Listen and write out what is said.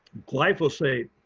glyphosate.